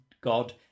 god